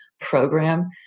program